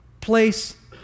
place